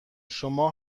شما